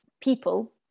people